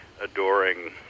adoring